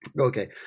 Okay